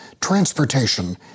transportation